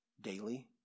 daily